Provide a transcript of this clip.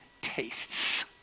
tastes